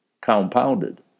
compounded